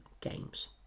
games